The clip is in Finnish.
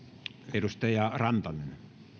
edustaja rantanen